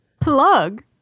Plug